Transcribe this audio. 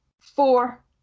four